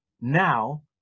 now